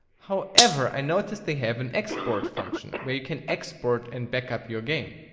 however i noticed they have an export function, where you can export and backup your game.